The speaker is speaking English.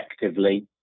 effectively